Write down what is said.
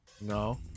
No